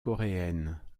coréennes